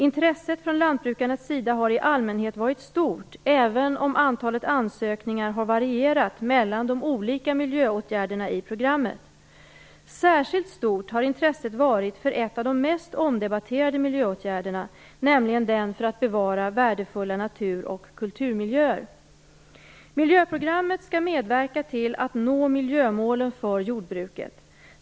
Intresset från lantbrukarnas sida har i allmänhet varit stort, även om antalet ansökningar har varierat mellan de olika miljöåtgärderna i programmet. Särskilt stort har intresset varit för en av de mest omdebatterade miljöåtgärderna, nämligen den för att bevara värdefulla natur och kulturmiljöer. Miljöprogrammet skall medverka till att nå miljömålen för jordbruket.